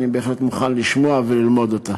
אני בהחלט מוכן לשמוע וללמוד אותה.